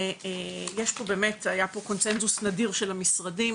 היה פה קונצנזוס נדיר של המשרדים,